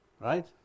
right